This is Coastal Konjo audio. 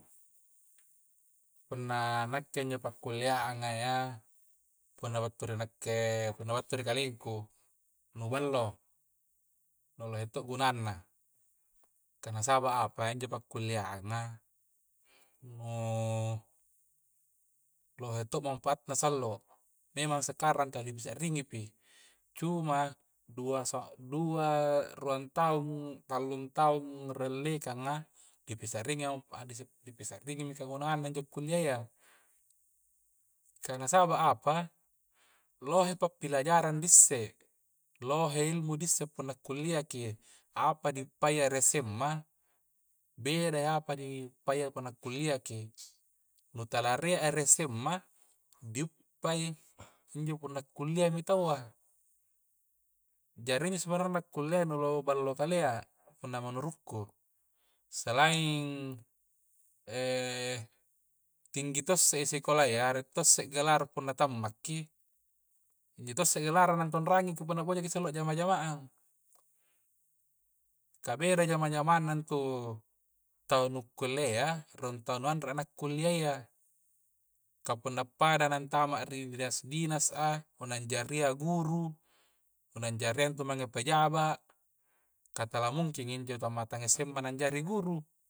Punna nakke injo pakullia'angang yya punna battu ri nakke punna battu ri kaliku nu ballo, nu lohe to gunangna kah na saba apa injo pakkuliangang'a nu lohe manpaatna sallo memang sekarang tala pi sa'ringipi, cumang dua sam dua ruang tahun tallung tahung tallung tahung ri dallekanga ni pi sa'ringi ni pi sa'ringi kagunanna injo kullia a ya kah nasaba apa lohe papilajarang di isse, lohe inpo di isse punna kulliaki apa di guppai ri esemma beda di apai diguppai ya punna pakkuliaki nutala rie eresemma diuppai injo punna mi kulia taua. jari injo sebenarna akullia nu nu ballo kalea punna manurukku selain tinggi to' si sikolayya rie to si gelar punna tammaki injo to' si gelarna na nutondrangi ki punna bojaki sallo jamang-jamangang kah bedai jamang-jaman nan tu tau na kulle ya, ran tu nuanre nakulliea ya. kah punna pada nantama ri bidang dinas-dinas a, punna jaria guru punna jaria intu mange pajaba, kah tala mungkin injo tammatang esemma nan jari guru